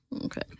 Okay